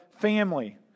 family